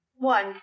One